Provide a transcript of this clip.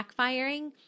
backfiring